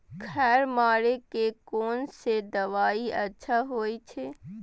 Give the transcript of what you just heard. खर मारे के कोन से दवाई अच्छा होय छे?